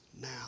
now